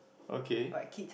okay